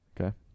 okay